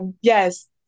yes